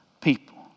people